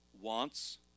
wants